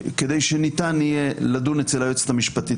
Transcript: כדי שניתן יהיה לדון אצל היועצת המשפטית